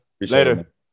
Later